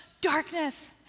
darkness